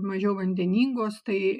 mažiau vandeningos tai